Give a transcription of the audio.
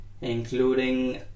including